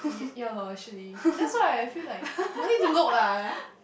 ya lor actually that's why I feel like no need to look lah ya